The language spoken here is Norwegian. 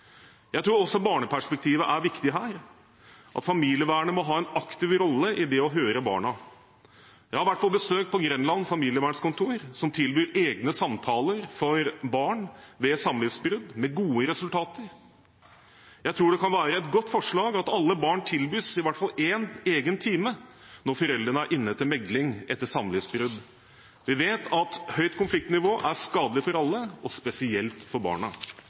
Jeg tror også barneperspektivet er viktig her, at familievernet må ha en aktiv rolle i det å høre barna. Jeg har vært på besøk på Grenland Familiekontor, som tilbyr egne samtaler for barn ved samlivsbrudd – med gode resultater. Jeg tror det kan være et godt forslag at alle barn tilbys i hvert fall én egen time når foreldrene er inne til megling etter samlivsbrudd. Vi vet at høyt konfliktnivå er skadelig for alle, og spesielt for barna.